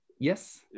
Yes